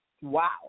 Wow